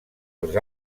els